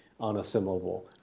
unassimilable